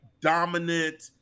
dominant